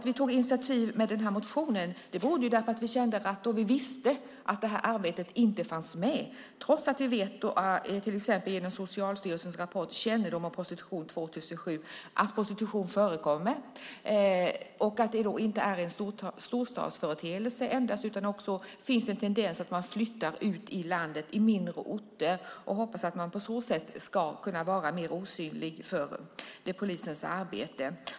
Vi tog initiativ genom en motion därför att vi visste att det här arbetet inte fanns med trots att vi genom bland annat Socialstyrelsens rapport Kännedom om prostitution från 2007 vet att prostitution förekommer och att det inte endast är en storstadsföreteelse, utan det finns tendenser att man flyttar ut i landet i mindre orter. På så sätt hoppas man kunna vara mer osynlig för polisens arbete.